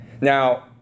Now